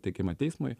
teikiama teismui